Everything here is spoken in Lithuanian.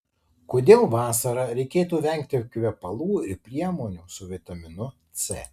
kodėl vasarą reikėtų vengti kvepalų ir priemonių su vitaminu c